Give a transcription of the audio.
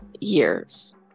years